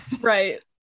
Right